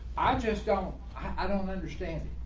i just don't i don't understand.